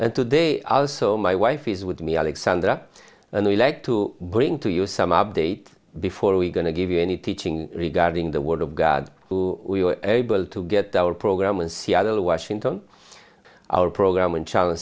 and today also my wife is with me alexandra and we like to bring to you some update before we going to give you any teaching regarding the word of god who we were able to get our program in seattle washington our program and challenge